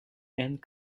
and